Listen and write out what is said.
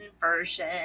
version